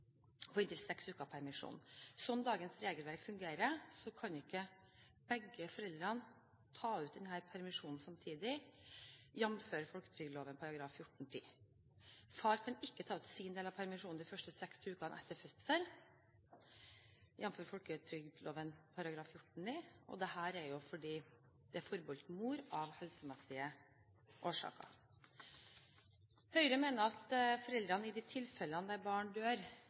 på inntil seks ukers permisjon. Slik dagens regelverk fungerer, kan ikke begge foreldrene ta ut denne permisjonen samtidig, jf. folketrygdloven § 14-10, og far kan ikke ta ut sin del av permisjonen de seks første ukene etter fødselen, jf. folketrygdloven § 14-9. Dette er fordi de ukene er forbeholdt mor av helsemessige årsaker. Høyre mener at hver av foreldrene i de tilfellene der barn dør